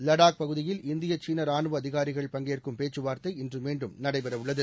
லடாக் பகுதியில் இந்திய சீன ரானுவ அதிகாரிகள் பங்கேற்கும் பேச்சுவார்த்தை இன்று மீண்டும் நடைபெறவுள்ளது